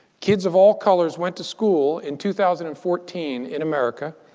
kids of all colors went to school in two thousand and fourteen in america,